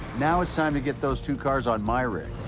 now it's time to get those two cars on my rig.